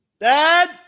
Dad